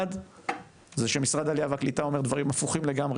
זה שמשרד העלייה והקליטה אומר דברים הפוכים לגמרי,